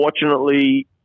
unfortunately—